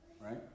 right